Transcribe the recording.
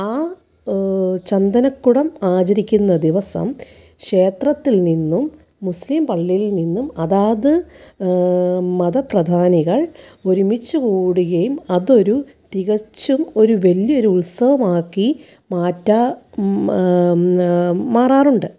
ആ ചന്ദനക്കുടം ആചരിക്കുന്ന ദിവസം ക്ഷേത്രത്തിൽ നിന്നും മുസ്ലിം പള്ളിയിൽ നിന്നും അതാത് മത പ്രധാനികൾ ഒരുമിച്ച് കൂടുകയും അതൊരു തികച്ചും ഒരു വലിയ ഒരു ഉത്സവമാക്കി മാറ്റ മാറാറുണ്ട്